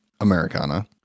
Americana